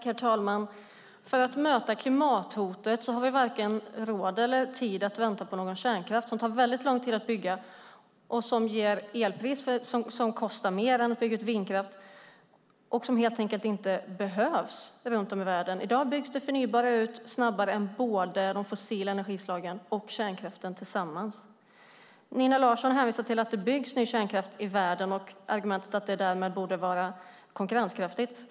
Herr talman! För att möta klimathotet har vi varken råd eller tid att vänta på kärnkraft, som tar väldigt lång tid att bygga. Den ger dessutom höga elpriser och kostar mer än vad det kostar att bygga ut vindkraft, och den behövs helt enkelt inte runt om i världen. I dag byggs det förnybara ut snabbare än de fossila energislagen och kärnkraften tillsammans. Nina Larsson hänvisar till att det byggs ny kärnkraft i världen och säger att det därmed borde vara konkurrenskraftigt.